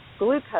glucose